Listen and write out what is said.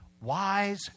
wise